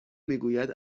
میگوید